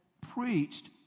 preached